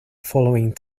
following